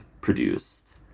produced